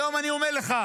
היום, אני אומר לך,